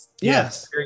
Yes